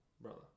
brother